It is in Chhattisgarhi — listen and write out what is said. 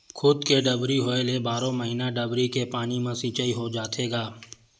खुद के डबरी होए ले बारो महिना डबरी के पानी म सिचई हो जाथे गा